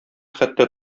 хәтта